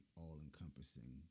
all-encompassing